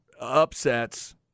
upsets